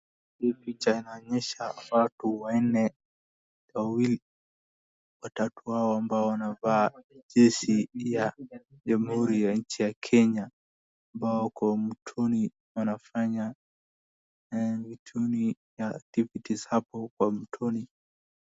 Hii picha inaonyesha watu wanne, watatu wao ambao wamevaa jezi ya jamhuri ya nchi ya Kenya ambao wako mtoni wanafanya vituni ya tibitis hapo kwa mtoni.